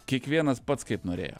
kiekvienas pats kaip norėjo